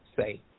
say